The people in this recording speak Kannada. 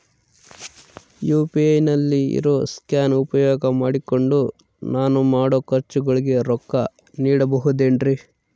ಯು.ಪಿ.ಐ ನಲ್ಲಿ ಇರೋ ಸ್ಕ್ಯಾನ್ ಉಪಯೋಗ ಮಾಡಿಕೊಂಡು ನಾನು ಮಾಡೋ ಖರ್ಚುಗಳಿಗೆ ರೊಕ್ಕ ನೇಡಬಹುದೇನ್ರಿ?